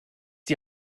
die